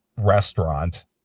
restaurant